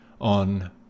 on